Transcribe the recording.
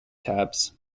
tabs